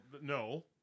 No